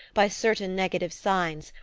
by certain negative signs,